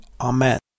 Amen